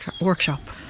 workshop